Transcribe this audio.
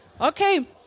Okay